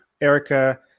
Erica